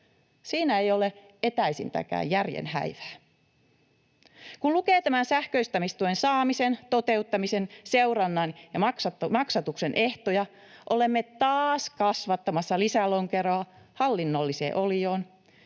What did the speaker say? siinä ei ole etäisintäkään järjen häivää. Kun lukee tämän sähköistämistuen saamisen, toteuttamisen, seurannan ja maksatuksen ehtoja, olemme taas kasvattamassa lisälonkeroa hallinnolliseen olioon,